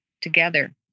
together